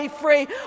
free